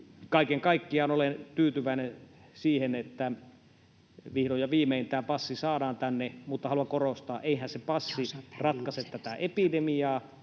Kaiken kaikkiaan olen tyytyväinen siihen, että vihdoin ja viimein tämä passi saadaan tänne, mutta haluan korostaa, että eihän se passi ratkaise tätä epidemiaa,